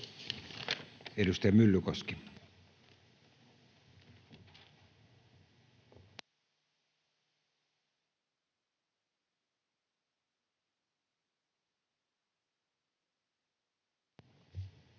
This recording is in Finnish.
Edustaja Myllykoski. [Speech